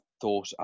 thought